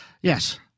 yes